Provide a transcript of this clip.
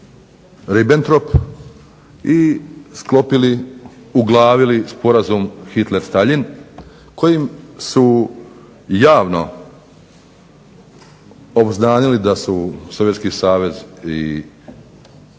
Ribentrop i sklopili, uglavili sporazum Hitler-Staljin kojim su javno obznanili da su Sovjetski savez i Njemačka